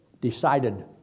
decided